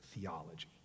theology